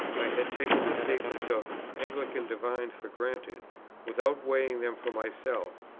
i had taken the statements of anglican divines for granted without weighing them for myself.